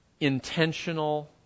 intentional